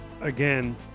again